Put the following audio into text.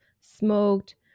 smoked